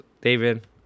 David